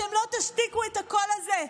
אתם לא תשתיקו את הקול הזה.